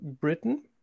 Britain